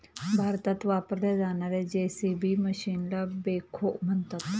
भारतात वापरल्या जाणार्या जे.सी.बी मशीनला बेखो म्हणतात